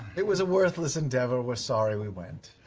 it was a worthless endeavor. we're sorry we went.